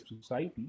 society